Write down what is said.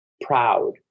proud